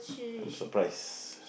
I'm surprised